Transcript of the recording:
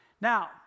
Now